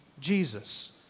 Jesus